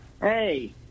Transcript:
hey